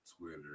Twitter